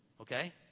Okay